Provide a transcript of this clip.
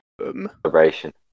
celebration